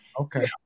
Okay